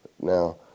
Now